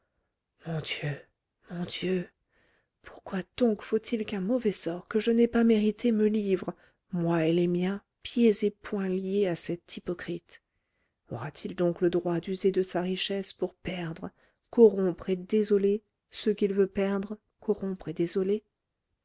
voix douloureuse mon dieu pourquoi donc faut-il qu'un mauvais sort que je n'ai pas mérité me livre moi et les miens pieds et poings liés à cet hypocrite aura-t-il donc le droit d'user de sa richesse pour perdre corrompre et désoler ceux qu'il veut perdre corrompre et désoler